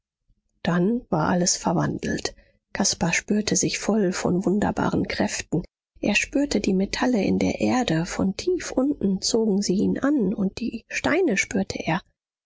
dann war alles verwandelt caspar spürte sich voll von wunderbaren kräften er spürte die metalle in der erde von tief unten zogen sie ihn an und die steine spürte er